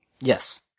Yes